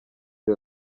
the